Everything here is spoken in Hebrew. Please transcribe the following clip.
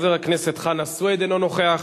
חבר הכנסת חנא סוייד, אינו נוכח.